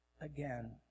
again